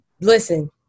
listen